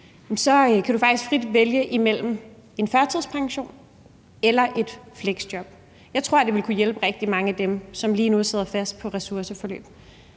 – kan du faktisk frit vælge imellem en førtidspension eller et fleksjob? Jeg tror, det ville kunne hjælpe rigtig mange af dem, som lige nu sidder fast i ressourceforløb.